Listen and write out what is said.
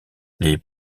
les